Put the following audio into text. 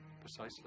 Precisely